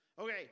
Okay